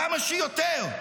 כמה שיותר,